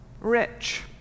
rich